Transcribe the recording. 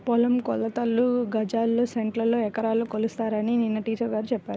పొలం కొలతలు గజాల్లో, సెంటుల్లో, ఎకరాల్లో కొలుస్తారని నిన్న టీచర్ గారు చెప్పారు